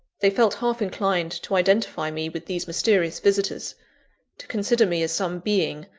they felt half inclined to identify me with these mysterious visitors to consider me as some being,